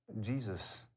Jesus